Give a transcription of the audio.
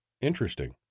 Interesting